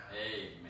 Amen